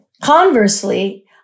conversely